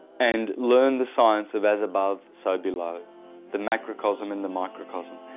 and learn the science of as above, so below the macrocosm and the microcosm,